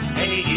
hey